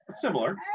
similar